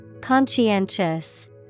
Conscientious